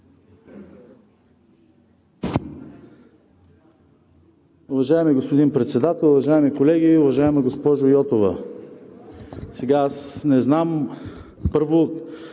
Уважаеми господин Председател, уважаеми колеги! Уважаема госпожо Йотова, аз не знам, първо,